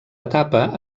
etapa